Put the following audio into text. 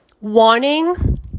wanting